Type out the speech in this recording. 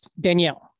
Danielle